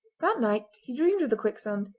that night he dreamed of the quicksand,